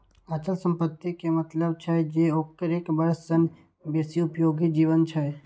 अचल संपत्ति के मतलब छै जे ओकर एक वर्ष सं बेसी उपयोगी जीवन छै